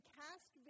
cast